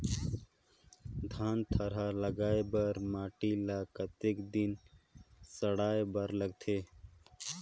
धान थरहा लगाय बर माटी ल कतेक दिन सड़ाय बर लगथे?